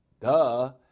Duh